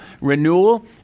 renewal